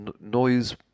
noise